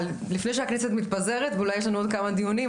לפני שהכנסת מתפזרת אולי יש לנו עוד כמה דיונים,